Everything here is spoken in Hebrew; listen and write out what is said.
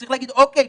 צריך להגיד: אוקיי,